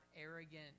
arrogant